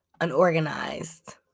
unorganized